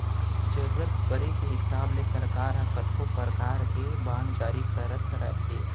जरूरत परे के हिसाब ले सरकार ह कतको परकार के बांड जारी करत रथे